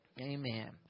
Amen